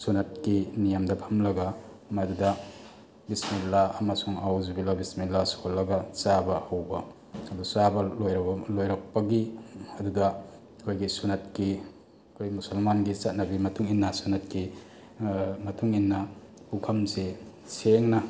ꯁꯨꯅꯠꯀꯤ ꯅꯤꯌꯝꯗ ꯐꯝꯂꯒ ꯃꯗꯨꯗ ꯕꯤꯁꯃꯤꯜꯂꯥ ꯑꯃꯁꯨꯡ ꯑꯧꯖꯕꯤꯜꯂꯥ ꯕꯤꯁꯃꯤꯜꯂꯥ ꯁꯣꯜꯂꯒ ꯆꯥꯕ ꯂꯣꯏꯔꯕ ꯂꯣꯏꯔꯛꯄꯒꯤ ꯑꯗꯨꯗ ꯑꯩꯈꯣꯏꯒꯤ ꯁꯨꯅꯠꯀꯤ ꯑꯩꯈꯣꯏ ꯃꯨꯁꯜꯃꯥꯟꯒꯤ ꯆꯠꯅꯕꯤ ꯃꯇꯨꯡꯏꯟꯅ ꯁꯨꯅꯠꯀꯤ ꯃꯇꯨꯡ ꯏꯟꯅ ꯄꯨꯈꯝꯁꯦ ꯁꯦꯡꯅ